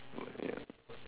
ya